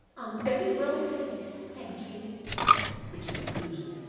i'm very well pleased, thank you returned susan,